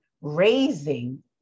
raising